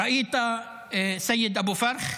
ראית את סייד אבו פרחי?